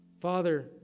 Father